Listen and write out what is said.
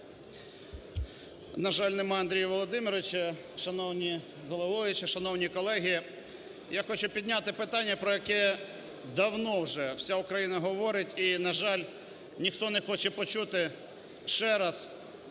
На жаль, нема Андрія Володимировича. Шановна головуюча, шановні колеги! Я хочу підняти питання, про яке давно вже вся Україна говорить і, на жаль, ніхто не хоче почути ще раз